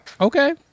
Okay